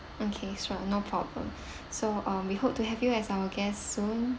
okay sure no problem so uh we hope to have you as our guests soon